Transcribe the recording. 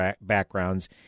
backgrounds